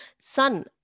sun